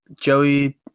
Joey